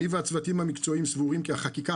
אני והצוותים המקצועיים סבורים כי החקיקה